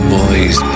boys